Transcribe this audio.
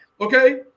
okay